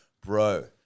bro